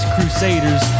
Crusaders